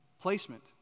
placement